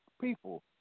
people